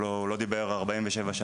הוא לא, הוא לא דיבר, 47 שנים.